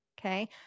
Okay